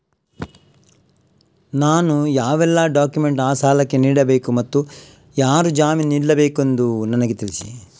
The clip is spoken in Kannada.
ನಾನು ಯಾವೆಲ್ಲ ಡಾಕ್ಯುಮೆಂಟ್ ಆ ಸಾಲಕ್ಕೆ ನೀಡಬೇಕು ಮತ್ತು ಯಾರು ಜಾಮೀನು ನಿಲ್ಲಬೇಕೆಂದು ನನಗೆ ತಿಳಿಸಿ?